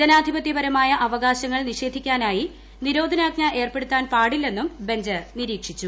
ജനാധിപത്യപരമായ അവകാശങ്ങൾ നിഷേധിക്കാനായി നിരോധനാജ്ഞ ഏർപ്പെടുത്താൻ പാടില്ലെന്നും ബഞ്ച് നിരീക്ഷിച്ചു